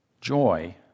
Joy